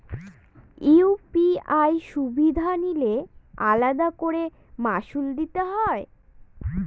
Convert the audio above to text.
UPI সুবিধা নিলে আলাদা করে মাসুল দিতে হয়?